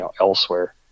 Elsewhere